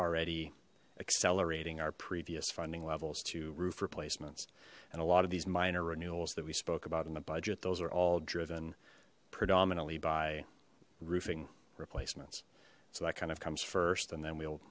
already accelerating our previous funding levels to roof replacements and a lot of these minor renewals that we spoke about in the budget those are all driven predominantly by roofing replacements so that kind of comes first and then we'll